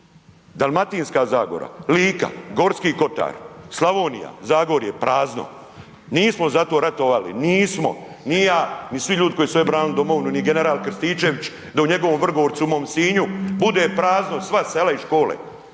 Dalmatinska zagora, Lika, Gorski kotar, Slavonija, Zagorje, prazno. Nismo za to ratovali, nismo, ni ja, ni svi ljudi koji su ovdje branili domovinu, ni general Krstičević, da u njegovom Vrgorcu i u mom Sinju bude prazno, sva sela i sve